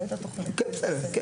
כן.